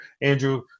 Andrew